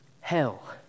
hell